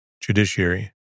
Judiciary